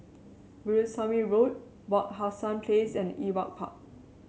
Veerasamy Road Wak Hassan Place and Ewart Park